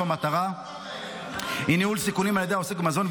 המטרה היא ניהול סיכונים על ידי העוסק במזון,